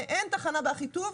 אין תחנה באחיטוב.